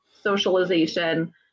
socialization